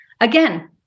Again